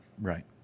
Right